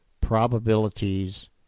probabilities